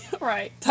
Right